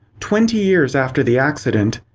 twenty years after the accident,